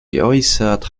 geäußert